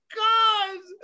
god